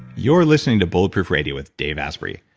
you're listening to bulletproof radio with dave asprey.